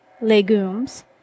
legumes